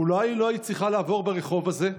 אולי לא היית צריכה לעבור ברחוב הזה?